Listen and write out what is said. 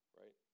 right